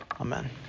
Amen